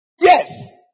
Yes